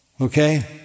okay